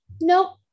Nope